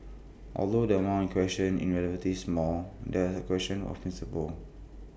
although the amount question in relatively small there is A question of principle